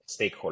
stakeholders